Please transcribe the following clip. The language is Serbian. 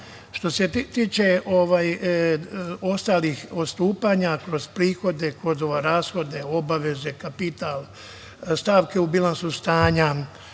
97%.Što se tiče ostalih odstupanja kroz prihode, rashode, obaveze, kapital, stavke u bilansu stanja